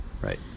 Right